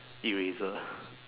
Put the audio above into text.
eraser